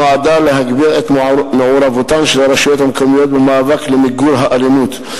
נועדה להגביר את מעורבותן של הרשויות המקומיות במאבק למיגור האלימות,